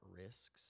risks